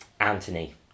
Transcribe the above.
Anthony